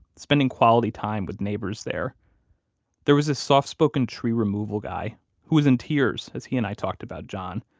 spending quality time with neighbors there there was a soft spoken tree removal guy who was in tears as he and i talked about john.